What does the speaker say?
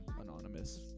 anonymous